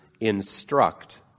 instruct